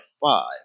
five